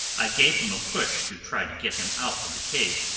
i gave him a push, to try to get him out of the cave,